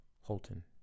Holton